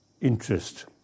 interest